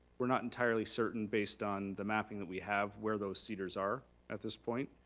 we're not entirely certain based on the mapping that we have where those cedars are at this point.